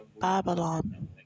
Babylon